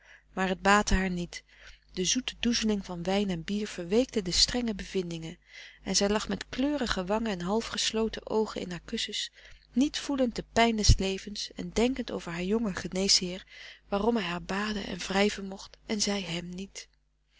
maar het baatte haar niet de zoete doezeling van wijn en bier verweekte de strenge bevindingen en zij lag met kleurige wangen en half gesloten oogen in haar kussens niet voelend de pijn des levens en denkend over haar jongen geneesheer waarom hij haar baden en wrijven mocht en zij hem niet